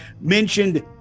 mentioned